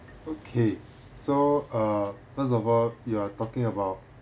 okay so uh first of all you are talking about